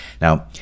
Now